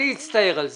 אני אצטער על זה,